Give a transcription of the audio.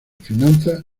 finanzas